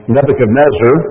Nebuchadnezzar